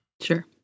Sure